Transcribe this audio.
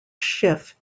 schiff